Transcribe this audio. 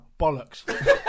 Bollocks